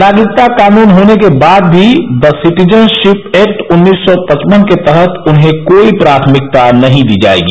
नागरिकता कानून होने के बाद भी द सिटीजनशिप एक्ट उन्नीस सौ पचपन के तहत उन्हें कोई प्राथमिकता नहीं दी जाएगी